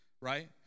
right